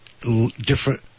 different